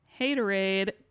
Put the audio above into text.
Haterade